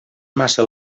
massa